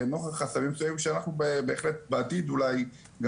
נוכח חסמים מסוימים שאנחנו בהחלט בעתיד אולי גם